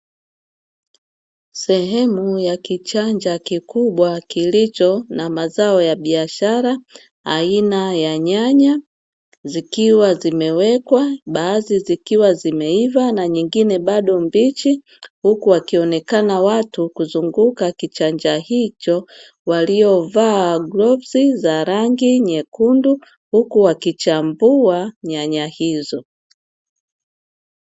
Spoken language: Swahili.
Sehemu ya kichanja kikubwa kilicho na mazao ya biashara aina ya nyanya zikiwa zimewekwa, baadhi zikiwa zimeiva na nyingine bado mbichi. Huku wakionekana watu kuzunguka kichanja hicho waliovaa glovuzi za rangi nyekundu huku wakichambua nyanya hizo.